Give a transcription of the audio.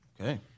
Okay